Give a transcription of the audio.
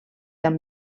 amb